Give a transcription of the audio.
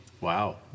wow